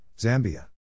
Zambia